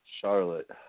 Charlotte